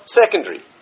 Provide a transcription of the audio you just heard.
secondary